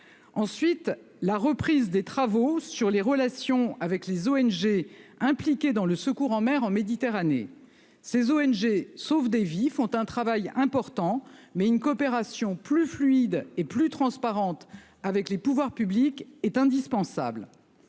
Ensuite, la reprise des travaux sur les relations avec les organisations non gouvernementales (ONG) impliquées dans le secours en mer en Méditerranée. Ces ONG sauvent des vies, accomplissent un travail important, mais une coopération plus fluide et plus transparente avec les pouvoirs publics est indispensable.